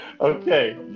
Okay